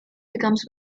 becomes